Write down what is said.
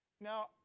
Now